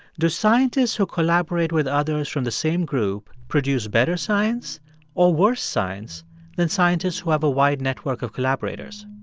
do scientists who collaborate with others from the same group produce better science or worse science than scientists who have a wide network of collaborators?